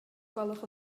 gwelwch